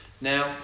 Now